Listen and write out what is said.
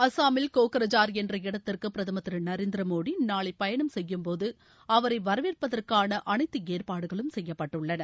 அசாமில் கோர்ஜார் என்ற இடத்திற்கு பிரதமர் திரு நரேந்திர மோடி நாளை பயணம் செய்யும்போது அவரை வரவேற்பதற்கான அனைத்து ஏற்பாடுகளும் செய்யப்பட்டுள்ளன